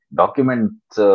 documents